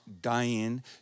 dying